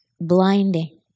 blinding